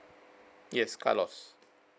yes carlos